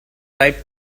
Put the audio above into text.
ripe